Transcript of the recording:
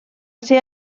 ser